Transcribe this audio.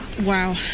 Wow